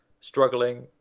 struggling